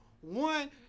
one